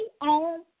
on